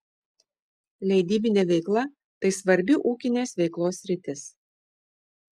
leidybinė veikla tai svarbi ūkinės veiklos sritis